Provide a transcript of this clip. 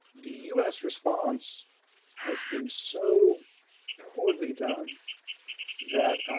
the us response has been so poorly done that